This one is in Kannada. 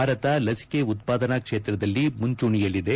ಭಾರತ ಲಸಿಕೆ ಉತ್ಸಾದನಾ ಕ್ಷೇತ್ರದಲ್ಲಿ ಮುಂಚೂಣಿಯಲ್ಲಿದೆ